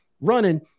running